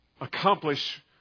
accomplish